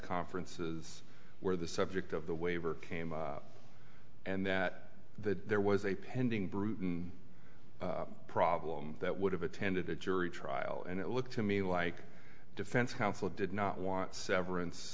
conferences where the subject of the waiver came and that that there was a pending brewton problem that would have attended a jury trial and it looked to me like defense counsel did not want severance